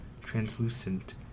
translucent